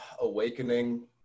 awakening